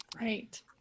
Right